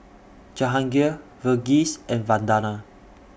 Jahangir Verghese and Vandana